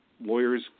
lawyers